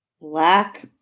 black